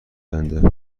آینده